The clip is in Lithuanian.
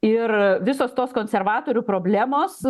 ir visos tos konservatorių problemos